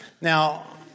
Now